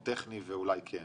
או טכני וכן נוגע אליכם: